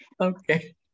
Okay